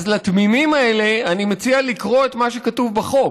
אז לתמימים האלה אני מציע לקרוא את מה שכתוב בחוק.